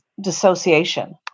dissociation